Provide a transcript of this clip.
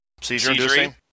seizure-inducing